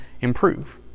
improve